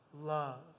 love